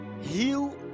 Heal